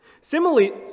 Similarly